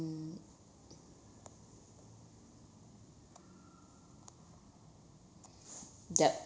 yup